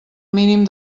mínim